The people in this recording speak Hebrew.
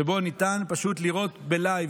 שבו ניתן פשוט לראות בלייב,